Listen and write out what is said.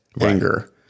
anger